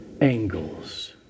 angles